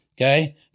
okay